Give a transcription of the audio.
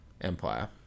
Empire